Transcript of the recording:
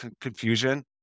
confusion